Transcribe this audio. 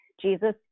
jesus